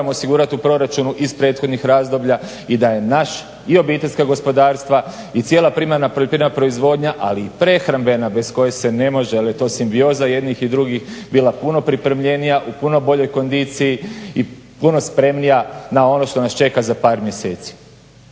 moramo osigurati u proračunu iz prethodnih razdoblja i da je naš i obiteljska gospodarstva i cijela primarna poljoprivredna proizvodnja, ali i prehrambena bez koje se ne može jer je to simbioza jednih i drugih bila puno pripremljenija u puno boljoj kondiciji i puno spremnija na ono što nas čeka za par mjeseci.